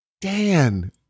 Dan